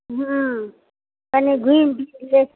कनि घुमि फिर कऽ